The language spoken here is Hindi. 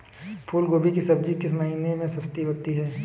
फूल गोभी की सब्जी किस महीने में सस्ती होती है?